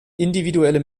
individuelle